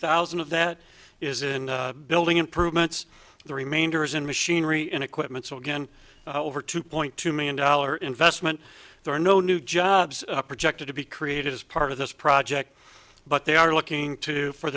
thousand of that is in building improvements the remainder is in machinery and equipment so again over two point two million dollar investment there are no new jobs projected to be created as part of this project but they are looking to for